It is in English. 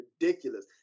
ridiculous